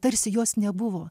tarsi jos nebuvo